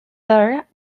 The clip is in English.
their